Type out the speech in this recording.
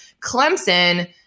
Clemson